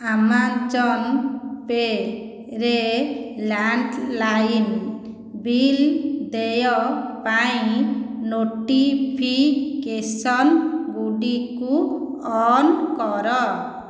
Amazon pay ରେ landline bill ଦେୟ ପାଇଁ ନୋଟିଫିକେସନ୍ ଗୁଡ଼ିକୁ ଅନ୍ କର